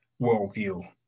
worldview